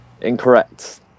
Incorrect